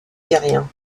syriens